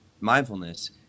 mindfulness